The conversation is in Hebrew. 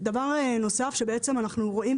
דבר נוסף שאנחנו רואים,